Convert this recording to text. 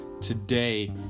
today